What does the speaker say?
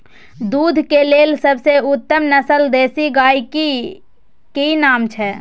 दूध के लेल सबसे उत्तम नस्ल देसी गाय के की नाम छै?